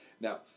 Now